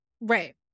Right